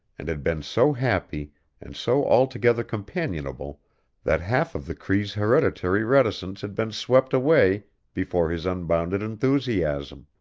and had been so happy and so altogether companionable that half of the cree's hereditary reticence had been swept away before his unbounded enthusiasm.